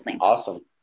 awesome